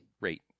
rate